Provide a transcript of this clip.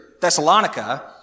Thessalonica